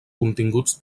continguts